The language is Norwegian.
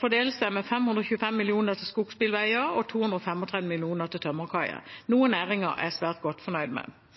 fordelt med 525 mill. kr til skogsbilveier og 235 mill. kr til tømmerkaier, noe næringen er svært godt fornøyd med.